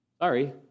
sorry